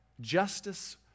Justice